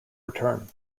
return